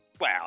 Wow